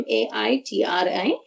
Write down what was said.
Maitri